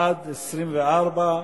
בעד 24,